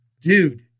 Dude